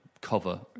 cover